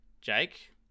Jake